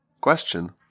question